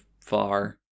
far